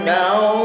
now